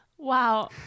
Wow